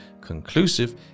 conclusive